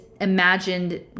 imagined